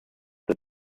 that